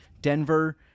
Denver